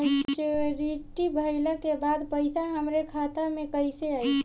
Maturity भईला के बाद पईसा हमरे खाता में कइसे आई?